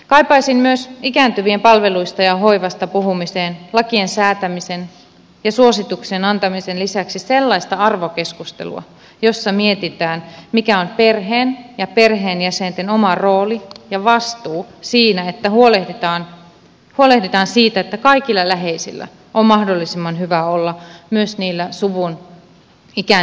kaipaisin myös ikääntyvien palveluista ja hoivasta puhumiseen lakien säätämisen ja suosituksen antamisen lisäksi sellaista arvokeskustelua jossa mietitään mikä on perheen ja perheenjäsenten oma rooli ja vastuu siinä että huolehditaan siitä että kaikilla läheisillä on mahdollisimman hyvä olla myös niillä suvun ikääntyneimmillä